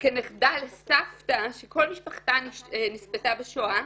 וכנכדה לסבתא שכל משפחתה נספתה בשואה,